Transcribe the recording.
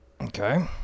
okay